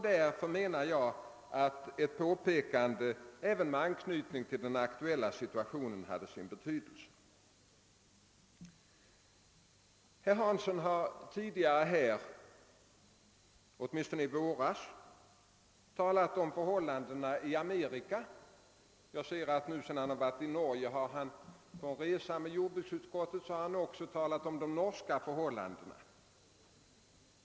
Därför menar jag att ett påpekande av detta med anknytning till den aktuella situationen har sitt berättigande. Herr Hansson talade i våras om förhållandena i Amerika. Jag ser att han nu sedan han varit med jordbruksutskottet på en resa i Norge också har talat om de norska förhållandena.